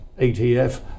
ETF